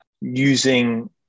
using